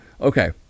Okay